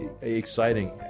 exciting